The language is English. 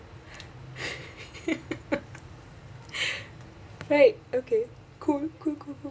right okay cool cool cool cool